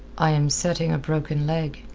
i am setting a broken leg,